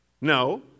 No